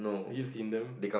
have you seen them